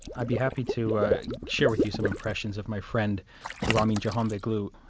i'd be happy to share with you some impressions of my friend ramin jahanbegloo.